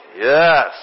Yes